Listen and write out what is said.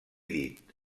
dit